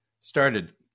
started